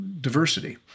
diversity